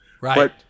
Right